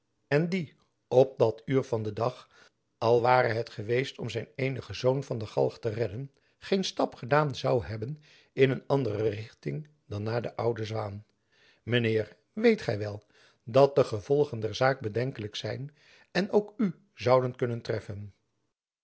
en die op dat uur van den dag al ware het geweest om zijn eenigen zoon van de galg te redden geen stap gedaan zoû hebben in een andere richting dan naar de oude zwaen mijn heer weet gy wel dat de gevolgen der zaak bedenkelijk zijn en ook u zouden kunnen treffen